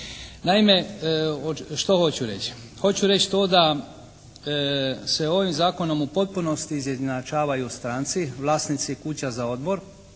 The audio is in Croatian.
Naime, što hoću reći? Hoću reći to da se ovim zakonom u potpunosti izjednačavaju stranci, vlasnici kuća za odmor